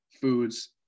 foods